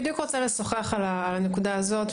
באמת חשוב לנו בתור איגוד גם להגדיר נקודה מאוד חשובה